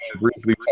briefly